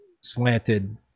slanted